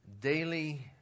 daily